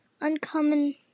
uncommon